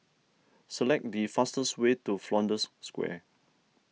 select the fastest way to Flanders Square